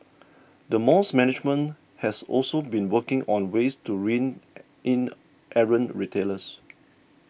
the mall's management has also been working on ways to rein in errant retailers